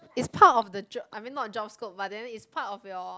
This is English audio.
is part of the job I mean not job scope but then it's part of your